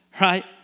Right